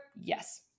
Yes